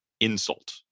insult